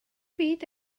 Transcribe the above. byd